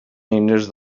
eines